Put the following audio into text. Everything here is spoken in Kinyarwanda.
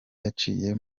yaciye